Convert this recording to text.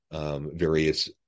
various